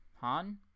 Han